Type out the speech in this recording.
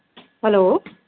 hello